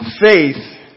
Faith